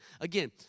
Again